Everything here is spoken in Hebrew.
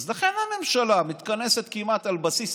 אז לכן הממשלה מתכנסת כמעט על בסיס,